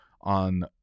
on